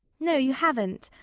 no, you haven't.